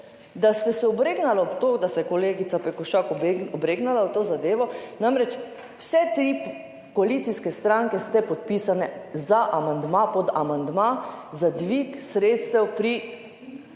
da ste se obregnili ob to, da se je kolegica Pekošak obregnila v to zadevo. Namreč, vse tri koalicijske stranke ste podpisane pod amandma za dvig sredstev pri